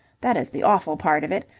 that is the awful part of it.